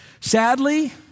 Sadly